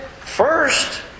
first